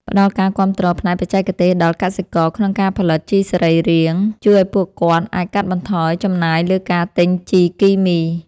ផ្ដល់ការគាំទ្រផ្នែកបច្ចេកទេសដល់កសិករក្នុងការផលិតជីសរីរាង្គជួយឱ្យពួកគាត់អាចកាត់បន្ថយចំណាយលើការទិញជីគីមី។